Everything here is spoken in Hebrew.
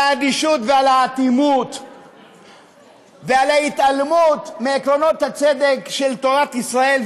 על האדישות ועל האטימות ועל ההתעלמות מעקרונות הצדק של תורת ישראל.